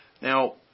Now